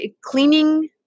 Cleaning